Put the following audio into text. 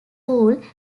pool